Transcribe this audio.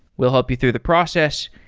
we'll help you through the process,